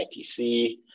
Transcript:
ITC